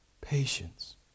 Patience